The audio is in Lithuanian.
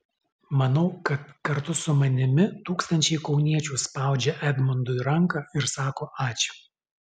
manau kad kartu su manimi tūkstančiai kauniečių spaudžia edmundui ranką ir sako ačiū